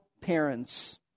parents